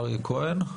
אריה כהן,